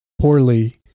poorly